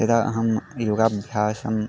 यदा अहं योगाभ्यासं